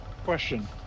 Question